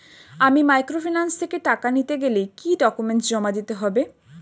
আমি মাইক্রোফিন্যান্স থেকে টাকা নিতে গেলে কি কি ডকুমেন্টস জমা দিতে হবে?